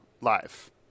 live